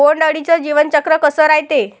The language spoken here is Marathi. बोंड अळीचं जीवनचक्र कस रायते?